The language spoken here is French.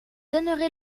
donnerai